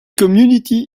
community